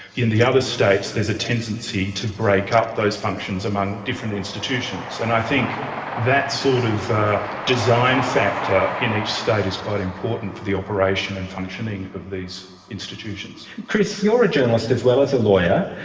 in the other states there is a tendency to break up those functions among different institutions, and i think that sort of design factor in each state is quite important for the operation and functioning of these institutions. chris, you're a journalist as well as a lawyer.